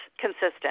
consistent